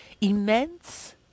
immense